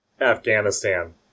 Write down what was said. Afghanistan